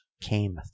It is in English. came